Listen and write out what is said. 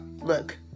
look